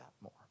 more